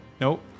Nope